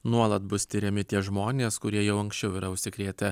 nuolat bus tiriami tie žmonės kurie jau anksčiau yra užsikrėtę